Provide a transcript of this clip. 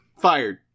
Fired